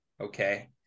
okay